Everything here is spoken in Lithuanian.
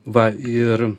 va ir